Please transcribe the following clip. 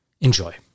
Enjoy